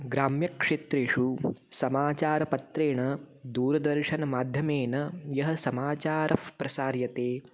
ग्राम्यक्षेत्रेषु समाचारपत्रेण दूरदर्शनमाध्यमेन यः समाचारः प्रसार्यते